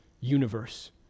universe